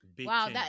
wow